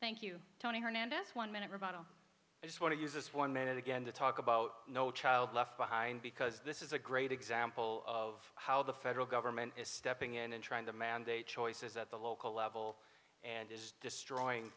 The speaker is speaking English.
thank you tony hernandez one minute rebuttal i just want to use this one minute again to talk about no child left behind because this is a great example of how the federal government is stepping in and trying to mandate choices at the local level and is destroying